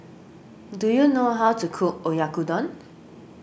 do you know how to cook Oyakodon